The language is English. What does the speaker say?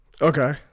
Okay